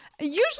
usually